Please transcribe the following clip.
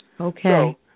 Okay